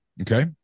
Okay